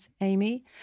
Amy